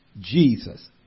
Jesus